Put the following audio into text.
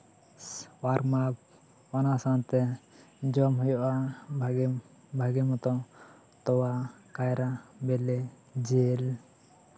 ᱵᱟᱨ ᱢᱟᱥ ᱚᱱᱟ ᱥᱟᱶᱛᱮ ᱡᱚᱢ ᱦᱩᱭᱩᱜᱼᱟ ᱵᱷᱟ ᱜᱤ ᱵᱷᱟ ᱜᱤ ᱢᱚᱛᱚ ᱛᱚᱣᱟ ᱠᱟᱭᱨᱟ ᱵᱮᱞᱮ ᱡᱤᱞ